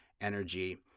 energy